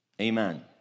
Amen